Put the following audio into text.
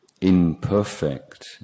imperfect